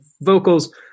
vocals